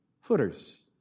footers